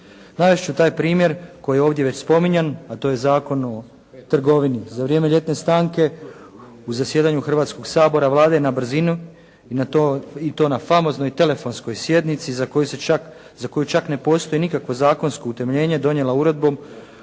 Navest ću taj primjer koji je ovdje već spominjan, a to je Zakon o trgovini. Za vrijeme ljetne stanke u zasjedanju Hrvatskog sabora Vlada je na brzinu i to na famoznoj telefonskoj sjednici za koju čak ne postoji nikakvo zakonsko utemeljenje donijela uredbom